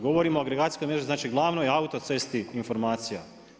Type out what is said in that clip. Govorim o agregacijskoj mreži, znači glavnoj autocesti informacija.